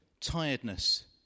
tiredness